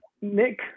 Nick